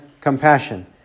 compassion